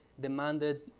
demanded